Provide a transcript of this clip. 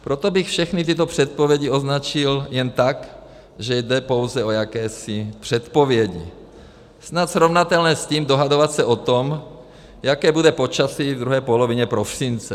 Proto bych všechny tyto předpovědi označil jen tak, že jde pouze o jakési předpovědi, snad srovnatelné s tím dohadovat se o tom, jaké bude počasí v druhé polovině prosince.